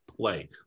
play